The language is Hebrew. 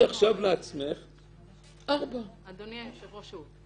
אדוני היושב-ראש,